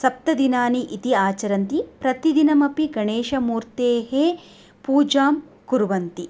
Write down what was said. सप्तदिनानि इति आचरन्ति प्रतिदिनमपि गणेशमूर्तेः पूजां कुर्वन्ति